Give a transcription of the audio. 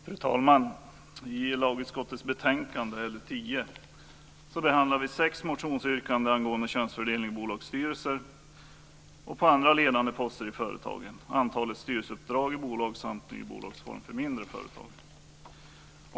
Fru talman! I lagutskottets betänkande LU10 behandlas sex motionsyrkanden angående könsfördelning i bolagsstyrelser och på andra ledande poster i företagen, antalet styrelseuppdrag i bolag samt ny bolagsform för mindre företag.